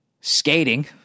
skating